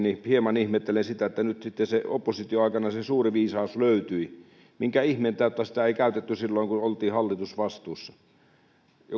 niin hieman ihmettelen sitä että nyt sitten oppositioaikana se suuri viisaus löytyi minkä ihmeen tautta sitä ei käytetty silloin kun oltiin hallitusvastuussa